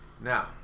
Now